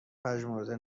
پژمرده